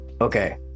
Okay